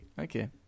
Okay